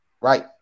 right